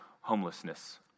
homelessness